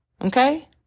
okay